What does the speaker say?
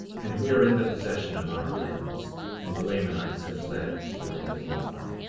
and we are in the possession of our lands and the lamanites have fled to the land of nephi.